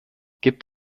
gibt